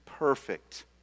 perfect